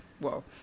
Whoa